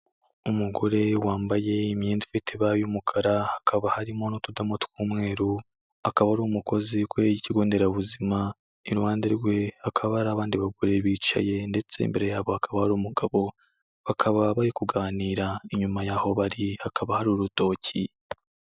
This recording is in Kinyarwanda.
Umugore wambaye imyenda ifite ibara y'umukara hakaba harimo n'utudomo tw'umweru; akaba ari umukozi ukuriye ikigo nderabuzima; iruhande rwe hakaba hari abandi bagore bicaye ndetse imbere yabo hakaba hari umugabo; bakaba bari kuganira, inyuma y'aho bari hakaba hari urutoki.